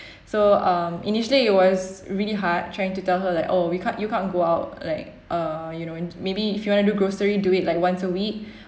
so um initially it was really hard trying to tell her like oh we can't you can't go out like err you know and maybe if you wanna do grocery do it like once a week